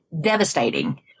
devastating